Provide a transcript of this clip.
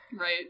Right